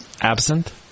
Absent